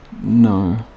No